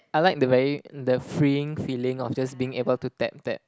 I like the very the freeing feeling of just being able to tap tap